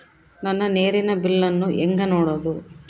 ನನ್ನ ನೇರಿನ ಬಿಲ್ಲನ್ನು ಹೆಂಗ ನೋಡದು?